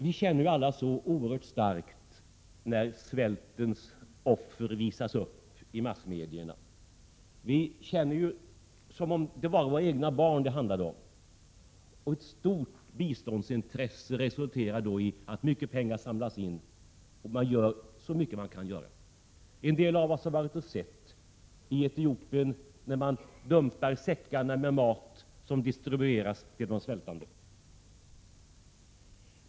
Vi känner ju alla så oerhört starkt, när svältens offer visas upp i massmedierna — det är som om det vore våra egna barn det handlade om. Ett stort biståndsintresse resulterar då i att mycket pengar samlas in, och man gör så mycket man kan göra. En del har varit och sett när man i Etiopien dumpar säckarna med mat som distribueras till de svältande.